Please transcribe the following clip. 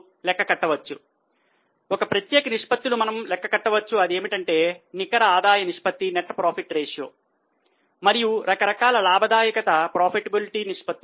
లాభం మరియు నష్టము నిష్పత్తులు